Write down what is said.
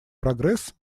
прогресс